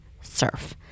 surf